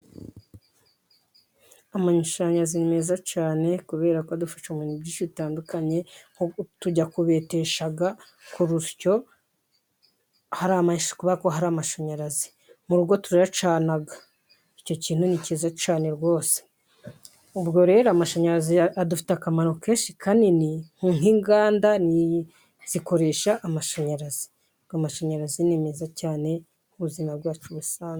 Amashanyarazi ni meza cyane kubera ko adufasha mu bintu byinshi bitandukanye, tujya kubetesha ku rusyo kubera ko hari amashanyarazi, mu rugo turayacana, icyo kintu ni cyiza cyane rwose, ubwo rero amashanyarazi adufitiye akamaro kenshi kanini, nk'inganda zikoresha amashanyarazi, amashanyarazi ni meza cyane ku buzima bwacu busanzwe.